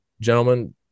gentlemen